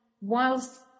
whilst